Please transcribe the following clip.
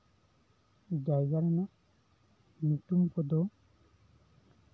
ᱡᱟᱭᱜᱟ ᱨᱮᱱᱟᱜ ᱧᱩᱛᱩᱢ ᱠᱚᱫᱚ